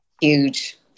Huge